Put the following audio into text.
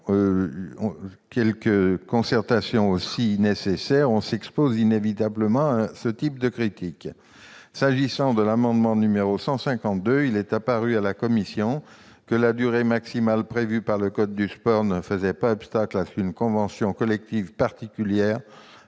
ou des concertations nécessaires, on s'expose inévitablement à ce type de critiques. S'agissant de l'amendement n° 152 rectifié, il est apparu à la commission que la durée maximale prévue par le code du sport ne faisait pas obstacle à ce qu'une convention collective particulière